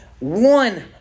one